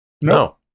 No